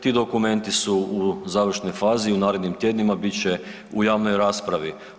Ti dokumenti su u završnoj fazi, u narednim tjednima bit će u javnoj raspravi.